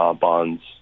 bonds